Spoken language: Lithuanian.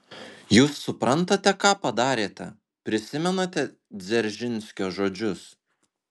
jūs suprantate ką padarėte prisimenate dzeržinskio žodžius